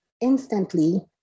Instantly